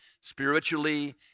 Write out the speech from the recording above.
spiritually